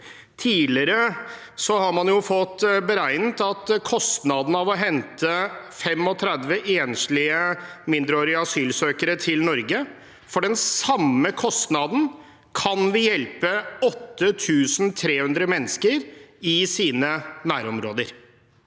Tidligere har man fått beregnet kostnaden ved å hente 35 enslige mindreårige asylsøkere til Norge. For den samme kostnaden kan vi hjelpe 8 300 mennesker i sine nærområder.